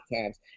times